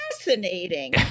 fascinating